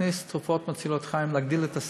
להכניס תרופות מצילות חיים ולהגדיל את הסל.